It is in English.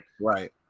right